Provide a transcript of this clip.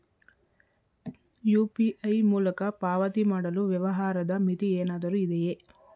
UPI ಮೂಲಕ ಪಾವತಿ ಮಾಡಲು ವ್ಯವಹಾರದ ಮಿತಿ ಏನಾದರೂ ಇದೆಯೇ?